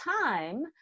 time